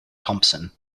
thomson